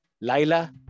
Laila